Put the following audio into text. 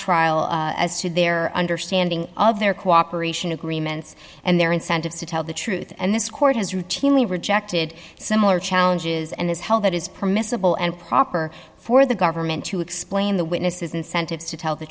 trial as to their understanding of their cooperation agreements and their incentives to tell the truth and this court has routinely rejected similar challenges and has held that is permissible and proper for the government to explain the witnesses incentives to tell the